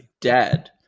dead